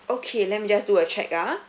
okay let me just do a check ah